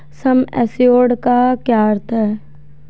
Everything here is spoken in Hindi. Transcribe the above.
सम एश्योर्ड का क्या अर्थ है?